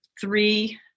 three